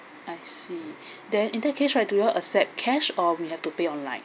I see then in that case right do you accept cash or we have to pay onlline